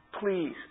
please